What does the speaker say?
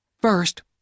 First